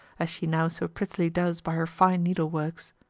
as she now so prettily does by her fine needle-works.